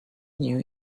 new